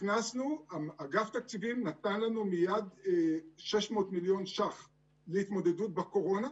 אגף התקציבים נתן לנו מייד 600 מיליון שקלים להתמודדות עם הקורונה,